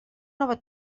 nova